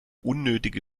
unnötige